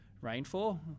rainfall